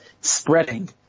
spreading